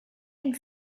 and